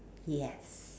yes